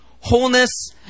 wholeness